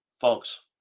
folks